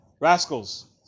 Rascals